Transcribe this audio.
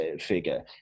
figure